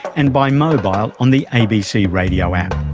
and by mobile on the abc radio app.